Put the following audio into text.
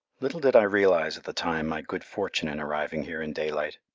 little did i realize at the time my good fortune in arriving here in daylight.